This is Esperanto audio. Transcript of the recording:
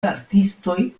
artistoj